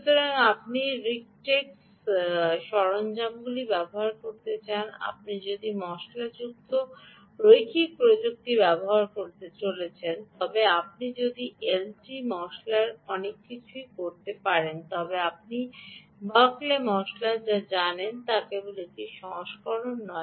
সুতরাং আপনি রিচটেক সরঞ্জামগুলি ব্যবহার করতে পারেন যদি আপনি এলটি spice রৈখিক প্রযুক্তি ব্যবহার করতে চলেছেন তবে আপনি যদি এলটি spiceতে অনেক কিছুই করতে পারেন তবে আপনি বার্কলে spiceকে যা জানেন তা কেবল একটি সংস্করণ নয়